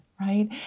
right